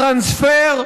טרנספר,